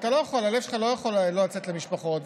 הלב שלך לא יכול שלא לצאת אל המשפחות,